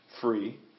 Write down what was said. free